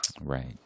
Right